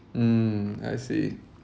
mm I see